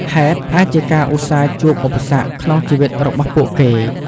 ហេតុអាចជាការឧស្សាហជួបឧបសគ្គក្នុងជីវិតរបស់ពួកគេ។